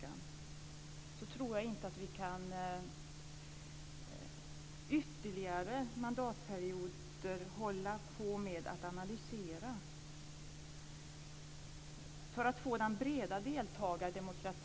Det är inte bara tal utan det är också verkstad på min del av Justitiedepartementet.